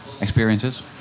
experiences